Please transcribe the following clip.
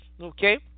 Okay